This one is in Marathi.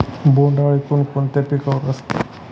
बोंडअळी कोणकोणत्या पिकावर असते?